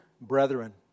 brethren